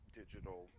digital